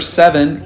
seven